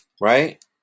right